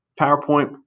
PowerPoint